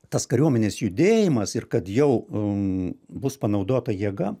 tas kariuomenės judėjimas ir kad jau bus panaudota jėga